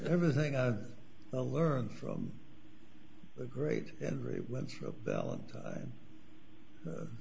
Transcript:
everything i've learned from the great and